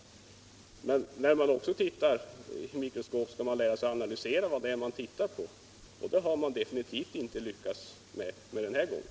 När man tittar i mikroskop skall man också lära sig att analysera det man tittar på. Det har man definitivt inte lyckats med denna gång.